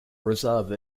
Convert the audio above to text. reserve